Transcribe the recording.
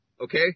okay